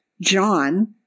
John